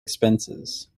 expenses